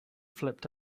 flipped